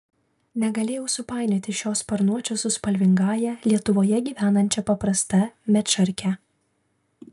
negalėjau supainioti šio sparnuočio su spalvingąja lietuvoje gyvenančia paprasta medšarke